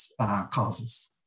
causes